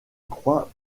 croix